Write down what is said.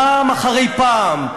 פעם אחרי פעם.